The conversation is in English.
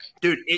dude